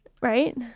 Right